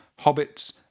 hobbits